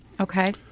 Okay